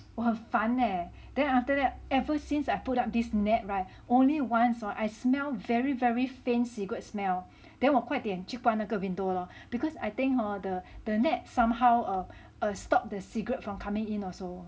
我很烦 leh then after that ever since I put up this net [right] only once hor I smell very very faint cigarette smell then 我快点去关那个 window lor because I think hor the the net somehow err err stop the cigarette from coming in also